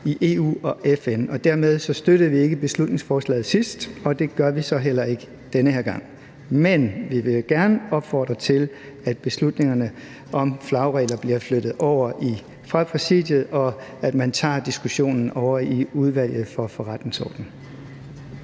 i EU og FN, og derfor støttede vi ikke beslutningsforslaget sidst, og det gør vi så heller ikke den her gang. Men vi vil gerne opfordre til, at beslutningerne om flagregler bliver flyttet fra Præsidiet og over i Udvalget for Forretningsordenen,